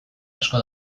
asko